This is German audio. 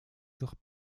durch